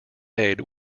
aid